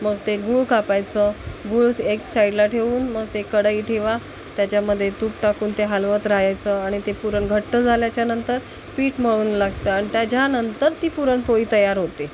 मग ते गुळ कापायचं गुळ एक साईडला ठेऊन मग ते कढई ठेवा त्याच्यामध्ये तूप टाकून ते हालवत राहायचं आणि ते पुरण घट्ट झाल्यानंतर पीठ मळून लागतं आणि त्याच्यानंतर ती पुरणपोळी तयार होते